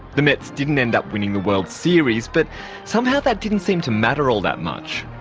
the mets didn't end up winning the world series, but somehow that didn't seem to matter all that much.